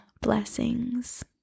blessings